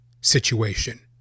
situation